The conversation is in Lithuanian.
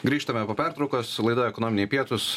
grįžtame po pertraukos laida ekonominiai pietūs